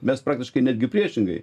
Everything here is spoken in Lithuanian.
mes praktiškai netgi priešingai